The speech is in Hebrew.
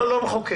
אנחנו לא נחוקק.